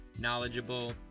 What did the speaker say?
knowledgeable